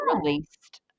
released